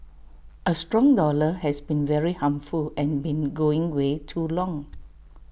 A strong dollar has been very harmful and been going way too long